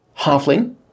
Halfling